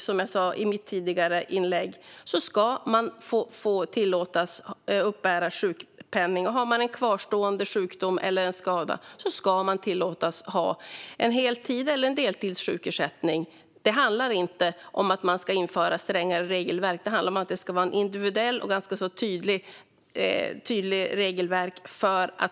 Som jag sa i mitt förra inlägg: Är man sjuk ska man tillåtas uppbära sjukpenning, och har man en kvarstående sjukdom eller skada ska man tillåtas ha heltids eller deltidssjukersättning. Det handlar inte om att man ska införa strängare regelverk. Det handlar om att det ska vara ett tydligt regelverk för individuell prövning.